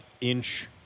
inch